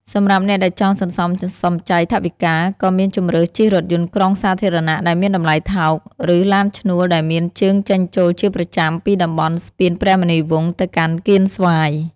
សម្រាប់អ្នកដែលចង់សន្សំសំចៃថវិកា ក៏មានជម្រើសជិះរថយន្តក្រុងសាធារណៈដែលមានតម្លៃថោក ឬឡានឈ្នួលដែលមានជើងចេញចូលជាប្រចាំពីតំបន់ស្ពានព្រះមុនីវង្សទៅកាន់កៀនស្វាយ។